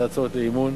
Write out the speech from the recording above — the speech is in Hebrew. את ההצעות לאי-אמון,